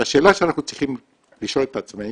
והשאלה שאנחנו צריכים לשאול את עצמנו,